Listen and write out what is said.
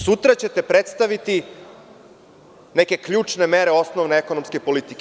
Sutra ćete predstaviti neke ključne mere osnovne ekonomske politike.